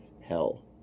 Hell